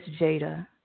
Jada